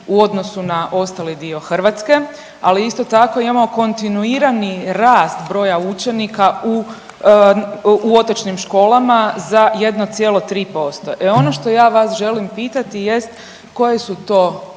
u odnosu na ostali dio Hrvatske, ali isto tako imamo kontinuirani rast broja učenika u otočnim školama za 1,3%. I ono što vas ja želim pitati jest koje su to mjere,